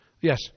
Yes